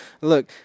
Look